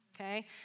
okay